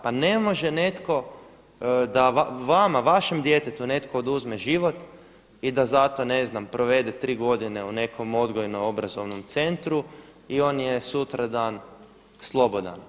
Pa ne može netko da vama vašem djetetu netko oduzme život i da za to ne znam provede tri godine u nekom odgojno-obrazovnom centru i on je sutradan slobodan.